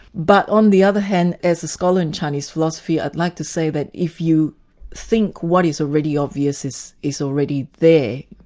but on the other hand, as a scholar in chinese philosophy, i'd like to say that if you think what is already obvious is is already there,